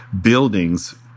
buildings